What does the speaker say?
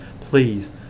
please